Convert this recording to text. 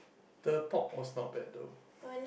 the pork was not bad though